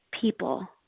people